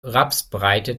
rapsbreite